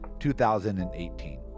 2018